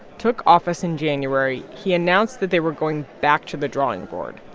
took office in january, he announced that they were going back to the drawing board.